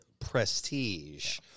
prestige